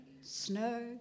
snow